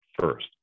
first